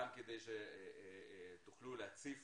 גם כדי שתוכלו להציף